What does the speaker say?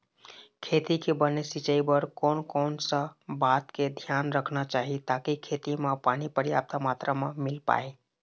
खेती के बने सिचाई बर कोन कौन सा बात के धियान रखना चाही ताकि खेती मा पानी पर्याप्त मात्रा मा मिल पाए?